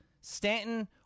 Stanton